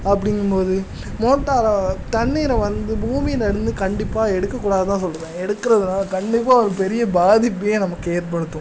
அப்படிங்கும்போது மோட்டாரை தண்ணீரை வந்து பூமியிலருந்து கண்டிப்பாக எடுக்கக்கூடாதுன்னு தான் சொல்லுவேன் எடுக்கிறதுனால கண்டிப்பாக ஒரு பெரிய பாதிப்பையே நமக்கு ஏற்படுத்தும்